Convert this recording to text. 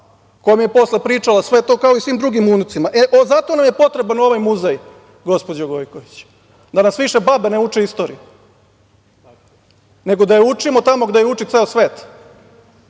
mi je posle pričala sve to, kao i svim drugim unucima.E, zato nam je potreban ovaj muzej, gospođo Gojković, da nas više babe ne uče istoriju, nego da je učimo tamo gde uči ceo svet,